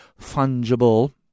fungible